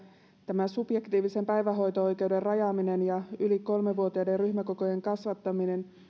tämä subjektiivisen päivähoito oikeuden rajaaminen ja yli kolme vuotiaiden ryhmäkokojen kasvattaminen